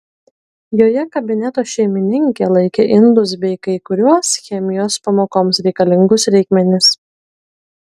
joje kabineto šeimininkė laikė indus bei kai kuriuos chemijos pamokoms reikalingus reikmenis